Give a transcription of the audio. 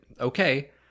okay